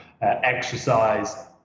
Exercise